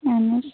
اَہَن حظ